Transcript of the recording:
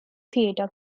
theatre